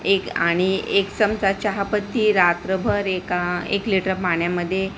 एक आणि एक चमचा चहापत्ती रात्रभर एका एक लिटर पाण्यामध्ये